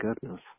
goodness